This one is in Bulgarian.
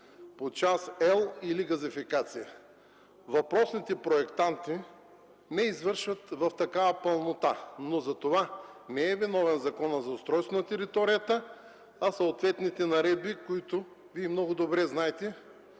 по елчаст или газификация. Въпросните проектанти не го извършват в такава пълнота, но за това не е виновен Законът за устройство на територията, а съответните наредби. Вие много добре знаете